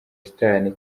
shitani